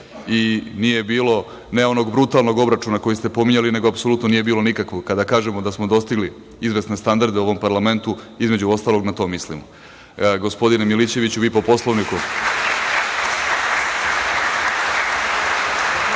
i nije bilo onog brutalnog obračuna koji ste pominjali, nego apsolutno nije bilo nikakvog. Kada kažemo da smo dostigli izvesne standarde u ovom parlamentu, između ostalog, na to mislimo. Gospodine Milićeviću, vi po Poslovniku? **Đorđe